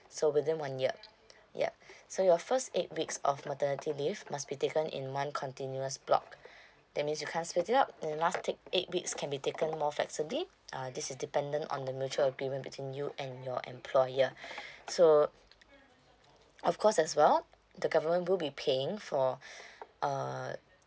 so within one year yeah so your first eight weeks of maternity leave must be taken in one continuous block that means you can't split it up and the last take eight weeks can be taken more flexibly uh this is dependent on the mutual agreement between you and your employer so of course as well the government will be paying for uh